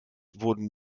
wurden